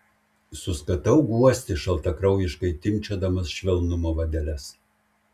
suskatau guosti šaltakraujiškai timpčiodamas švelnumo vadeles